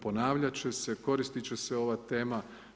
Ponavljati će se, koristiti će se ova tema.